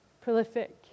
prolific